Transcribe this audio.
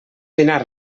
dinar